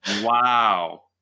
Wow